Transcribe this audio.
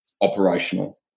operational